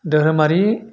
धोरोमारि